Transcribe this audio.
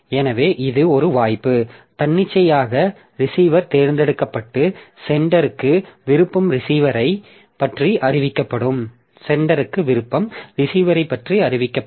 எனவே இது ஒரு வாய்ப்பு தன்னிச்சையாக ரிசீவர் தேர்ந்தெடுக்கப்பட்டு சென்டருக்கு விருப்பம் ரிசீவரைப் பற்றி அறிவிக்கப்படும்